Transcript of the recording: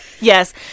Yes